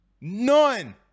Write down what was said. None